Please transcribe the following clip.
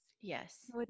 Yes